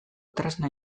tresna